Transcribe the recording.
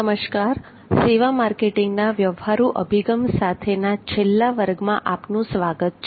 નમસ્કાર સેવા માર્કેટિંગના વ્યવહારુ અભિગમ સાથેના છેલ્લા વર્ગમાં આપનું સ્વાગત છે